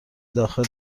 داخل